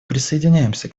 присоединяемся